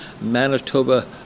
Manitoba